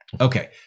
Okay